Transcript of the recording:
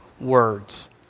words